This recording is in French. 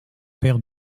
père